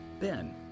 Ben